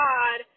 God